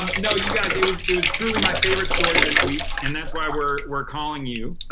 no, you guys, it was it was truly my favorite story this week, and that's why we're we're calling you.